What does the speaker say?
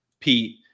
Pete